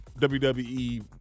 WWE